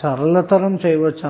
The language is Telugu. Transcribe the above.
సరళం చేయవచ్చు